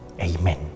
Amen